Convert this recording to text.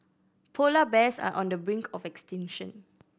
polar bears are on the brink of extinction